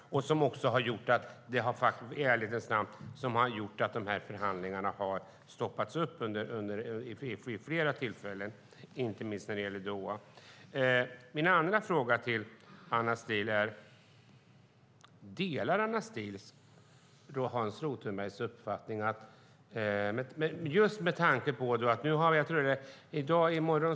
Den har i ärlighetens namn gjort att förhandlingarna har stoppats upp vid flera tillfällen, inte minst när det gäller Doha. Delar Anna Steele Hans Rothenbergs uppfattning att vi ska akta oss för att besvära regeringen att redovisa saker och ting för riksdagen?